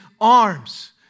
arms